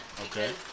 Okay